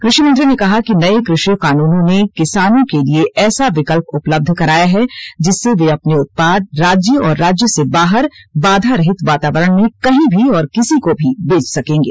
कृषि मंत्री ने कहा कि नए कृषि कानूनों ने किसानों के लिए ऐसा विकल्प उपलब्ध कराया है जिससे वे अपने उत्पाद राज्य और राज्य से बाहर बाधा रहित वातावरण में कहीं भी और किसी को भी बेच सकेंगे